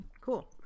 cool